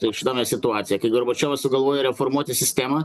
tai šita na situacija kai gorbačiovas sugalvojo reformuoti sistemą